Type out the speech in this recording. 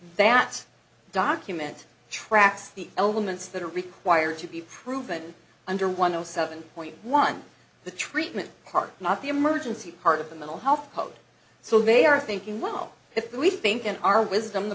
that document tracks the elements that are required to be proven under one zero seven point one the treatment part not the emergency part of the mental health code so they are thinking well if we think in our wisdom the